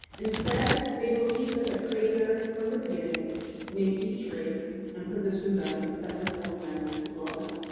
instead, they believe that the creator from the beginning made each race and positioned them in separate homelands to dwell in.